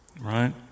right